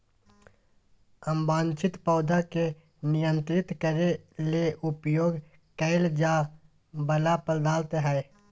अवांछित पौधा के नियंत्रित करे ले उपयोग कइल जा वला पदार्थ हइ